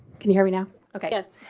can hear me now ok. yes,